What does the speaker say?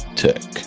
tech